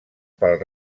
pel